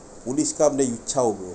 police come then you zao bro